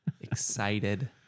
excited